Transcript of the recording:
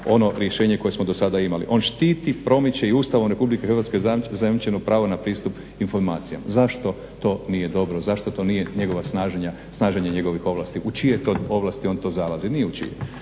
ono rješenje koje smo do sada imali. On štiti promiče i ustavom RH zajamčeno pravo na pristup informacijama. Zašto to nije dobro, zašto to nije njegova snaženje njegove ovlasti? U čije to ovlasti on to zalazi? Ni u čije.